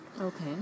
Okay